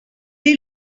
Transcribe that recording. est